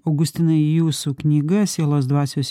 augustinai jūsų knyga sielos dvasios